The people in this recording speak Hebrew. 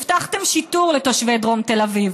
הבטחתם שיטור לתושבי דרום תל אביב.